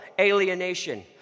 alienation